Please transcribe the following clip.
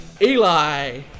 Eli